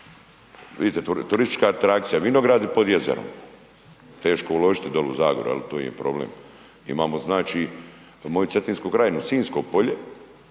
Vidite, turistička atrakcija vinogradi pod jezerom. Teško je uložiti dolje u Zagori, ali to … /ne razumije se/… problem. Imamo znači moju Cetinjsku krajinu, Sinjsko polje